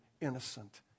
innocent